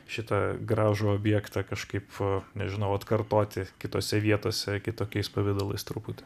šitą gražų objektą kažkaip nežinau atkartoti kitose vietose kitokiais pavidalais truputį